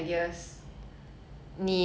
你要饿死的时候